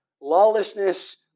Lawlessness